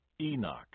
Enoch